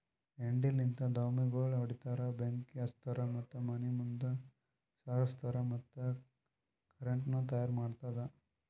ಹೆಂಡಿಲಿಂತ್ ದ್ವಾಮಿಗೋಳ್ ಹೊಡಿತಾರ್, ಬೆಂಕಿ ಹಚ್ತಾರ್ ಮತ್ತ ಮನಿ ಮುಂದ್ ಸಾರುಸ್ತಾರ್ ಮತ್ತ ಕರೆಂಟನು ತೈಯಾರ್ ಮಾಡ್ತುದ್